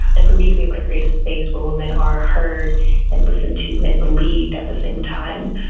and for me to be able to create a space where women are heard and listened to and believed at the same time,